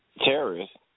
terrorists